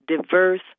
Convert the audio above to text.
diverse